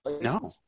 No